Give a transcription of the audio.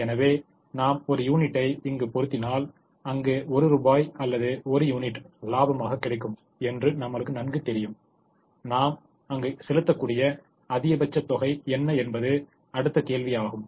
எனவே நாம் ஒரு யூனிட்டை இங்கு பொருத்தினால் அங்கு 1 ரூபாய் அல்லது 1 யூனிட் லாபமாக கிடைக்கும் என்று நம்மளுக்குத் நன்கு தெரியும் நாம் அங்கு செலுத்தக்கூடிய அதிகபட்ச தொகை என்ன என்பது அடுத்த கேள்வியாகும்